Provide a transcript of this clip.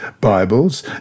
Bibles